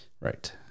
Right